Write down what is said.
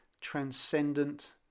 transcendent